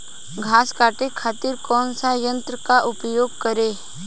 घास काटे खातिर कौन सा यंत्र का उपयोग करें?